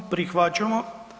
Prihvaćamo.